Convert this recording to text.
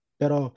pero